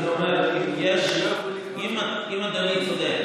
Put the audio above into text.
אם אדוני צודק,